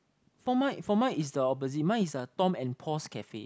for mine for mine it's the opposite mine is a Tom and Paul's cafe